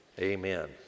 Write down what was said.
amen